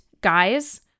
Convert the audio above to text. guys